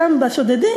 שם אצל השודדים,